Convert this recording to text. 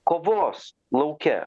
kovos lauke